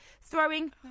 throwing